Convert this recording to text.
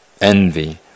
envy